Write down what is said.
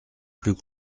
plus